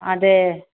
ಅದೇ